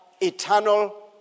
eternal